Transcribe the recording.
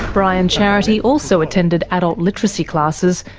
brian charity also attended adult literacy classes,